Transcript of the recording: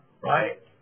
right